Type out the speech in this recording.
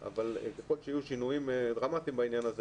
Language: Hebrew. היא הייתה נפתחת אבל ככל שיהיו שינויים דרמטיים בעניין הזה,